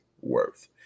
worth